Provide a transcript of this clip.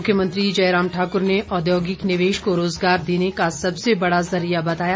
मुख्यमंत्री जयराम ठाकुर ने औद्योगिक निवेश को रोजगार देने का सबसे बड़ा जरिया बताया